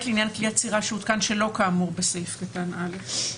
כלי אצירה שהותקן שלא כאמור בסעיף קטן (א)".